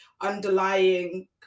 underlying